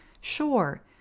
sure